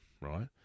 right